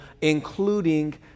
including